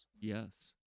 Yes